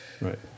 Right